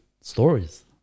stories